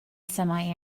semi